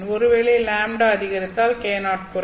ஒருவேளை λ அதிகரித்தால் K0 குறையும்